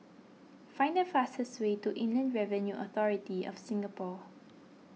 find the fastest way to Inland Revenue Authority of Singapore